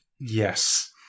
Yes